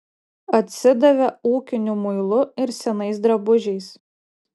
atsidavė ūkiniu muilu ir senais drabužiais